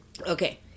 Okay